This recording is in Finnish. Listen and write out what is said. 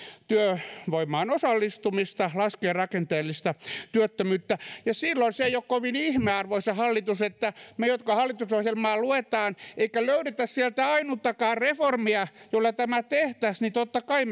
työvoimaan osallistumista eli laskevat rakenteellista työttömyyttä silloin se ei ole kovin ihme arvoisa hallitus että me jotka hallitusohjelmaa luemme emmekä löydä sieltä ainuttakaan reformia jolla tämä tehtäisiin kysymme tämän kysymyksen totta kai